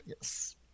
Yes